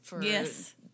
Yes